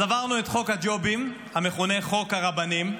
אז עברנו את חוק הג'ובים, המכונה חוק הרבנים,